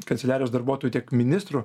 kanceliarijos darbuotojų tiek ministrų